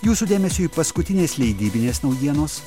jūsų dėmesiui paskutinės leidybinės naujienos